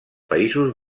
països